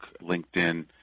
LinkedIn